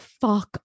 fuck